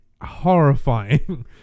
horrifying